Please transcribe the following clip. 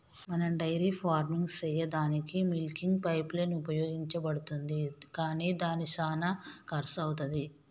మనం dairy farming సెయ్యదానికీ milking pipeline ఉపయోగించబడుతుంది కానీ అది శానా కర్శు అవుతది